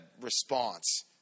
response